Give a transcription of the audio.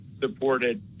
supported